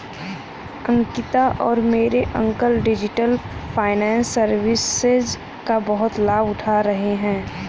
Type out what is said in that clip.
अंकिता और मेरे uncle digital finance services का बहुत लाभ उठा रहे हैं